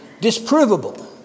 disprovable